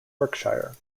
berkshire